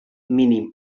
mínim